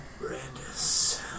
Brandis